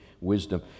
wisdom